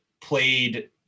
played